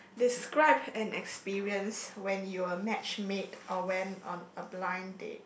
describe an experience when you were match made or went on a blind date